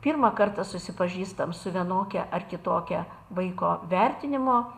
pirmą kartą susipažįstam su vienokia ar kitokia vaiko vertinimo